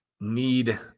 need